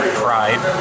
pride